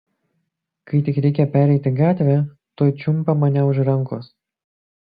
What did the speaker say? kai tik reikia pereiti gatvę tuoj čiumpa mane už rankos